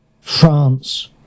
France